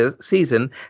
season